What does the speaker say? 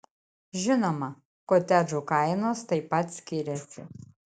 žinoma kotedžų kainos taip pat skiriasi